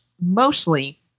mostly